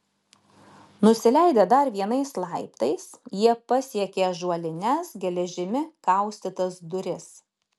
nusileidę dar vienais laiptais jie pasiekė ąžuolines geležimi kaustytas duris